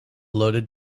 loaded